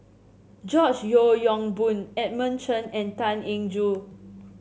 George Yeo Yong Boon Edmund Chen and Tan Eng Joo